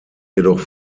jedoch